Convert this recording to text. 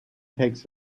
takes